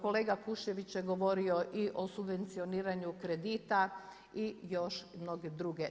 Kolega Kušević je govorio i o subvencioniranju kredita i još mnoge druge.